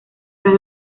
tras